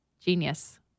Genius